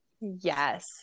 Yes